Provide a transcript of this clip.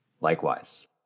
Likewise